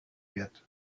wird